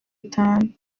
itanu